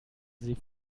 sie